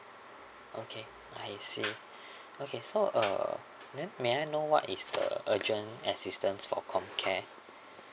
okay I see okay so uh then may I know what is the urgent assistance for comm care